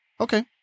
Okay